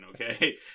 okay